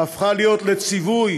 הפכה להיות לציווי